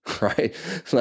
right